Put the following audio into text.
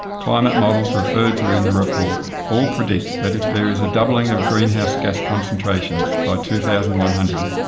climate models referred to in the report all predict that if there is a doubling of greenhouse gas concentrations by two thousand one hundred,